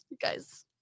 guys